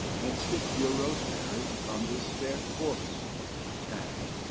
and stick your rosemary on this fair corse and,